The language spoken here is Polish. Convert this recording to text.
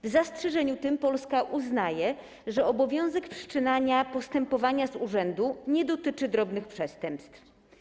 W zastrzeżeniu tym Polska uznaje, że obowiązek wszczynania postępowania z urzędu nie dotyczy drobnych przestępstw.